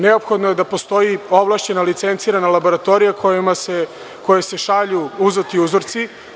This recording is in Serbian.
Neophodno je da postoji ovlašćena, licencirana laboratorija kojoj se šalju uzeti uzorci.